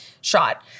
shot